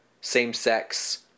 same-sex